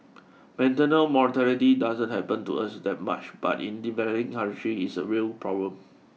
maternal mortality doesn't happen to us that much but in developing countries is a real problem